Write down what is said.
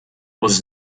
was